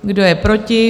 Kdo je proti?